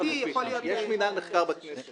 יש מינהל מחקר בכנסת